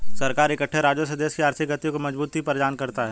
सरकार इकट्ठे राजस्व से देश की आर्थिक गति को मजबूती प्रदान करता है